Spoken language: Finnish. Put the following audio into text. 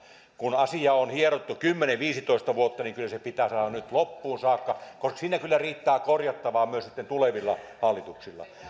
kun asiaa on hierottu kymmenen viiva viisitoista vuotta niin kyllä se pitää saada nyt loppuun saakka koska siinä kyllä riittää korjattavaa myös sitten tulevilla hallituksilla